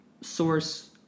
source